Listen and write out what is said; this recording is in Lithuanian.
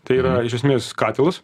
tai yra iš esmės katilas